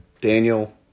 Daniel